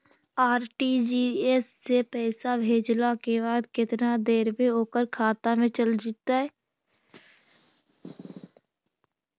RTGS से पैसा भेजला के बाद केतना देर मे ओकर खाता मे चल जितै?